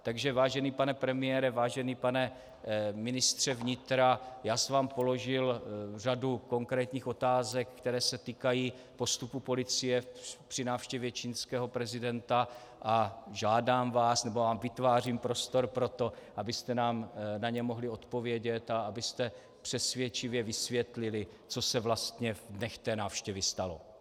Takže vážený pane premiére, vážený pane ministře vnitra, já jsem vám položil řadu konkrétních otázek, které se týkají postupu policie při návštěvě čínského prezidenta, a žádám vás nebo vám vytvářím prostor pro to, abyste nám na ně mohli odpovědět a abyste přesvědčivě vysvětlili, co se vlastně ve dnech té návštěvy stalo.